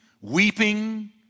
weeping